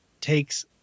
takes